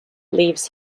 leaves